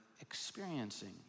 experiencing